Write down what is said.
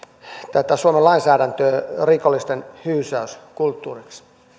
tätä suomen lainsäädäntöä rikollisten hyysäyskulttuuriksi